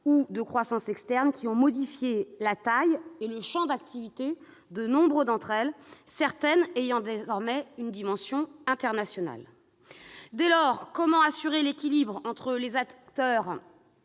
ou de croissance externe, lesquelles ont modifié la taille et le champ d'activité de nombre de coopératives, certaines d'entre elles ayant désormais une dimension internationale. Dès lors, comment assurer l'équilibre entre les attentes